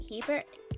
Hebert